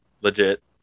legit